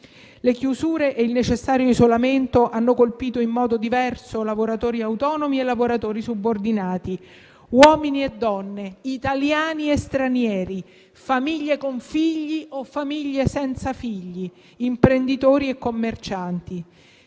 Le chiusure e il necessario isolamento hanno colpito in modo diverso lavoratori autonomi e lavoratori subordinati, uomini e donne, italiani e stranieri, famiglie con figli o famiglie senza figli, imprenditori e commercianti.